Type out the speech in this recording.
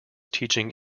teaching